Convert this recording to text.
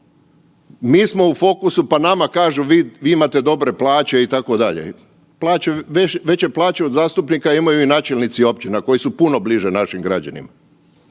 mi smo u fokusu pa nama kažu vi imate dobre plaće itd., veće plaće od zastupnika imaju i načelnici općina koji su puno bliže našim građanima.